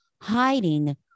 Hiding